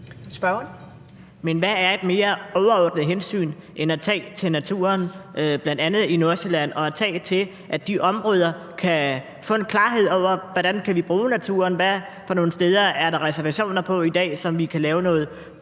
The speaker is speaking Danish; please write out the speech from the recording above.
hvad er et mere overordnet hensyn at tage end et hensyn til naturen i bl.a. Nordsjælland, altså at man tager hensyn til, at man i de områder kan få en klarhed over, hvordan vi kan bruge naturen; hvilke steder der er reservationer på i dag, som vi kan lave noget